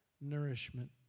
nourishment